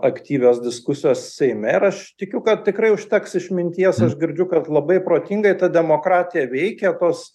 aktyvios diskusijos seime ir aš tikiu kad tikrai užteks išminties girdžiu kad labai protingai ta demokratija veikia tos